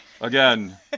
Again